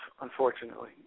unfortunately